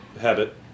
Habit